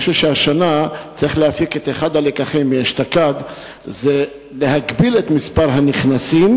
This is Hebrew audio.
השנה צריך להפיק את אחד הלקחים מאשתקד: להגביל את מספר הנכנסים,